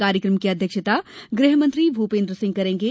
कार्यकम की अध्यक्षता गृहमंत्री भूपेन्द्र सिंह करेंगे